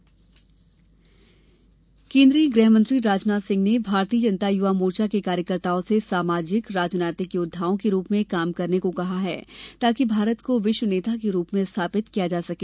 राजनाथ सिंह केन्द्रीय गृह मंत्री राजनाथ सिंह ने भारतीय जनता युवा मोर्चा के कार्यकर्ताओं से सामाजिक राजनीतिक योद्वाओं के रूप में काम करने को कहा है ताकि भारत को विश्व नेता के रूप में स्थापित किया जा सके